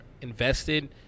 invested